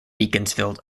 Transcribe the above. beaconsfield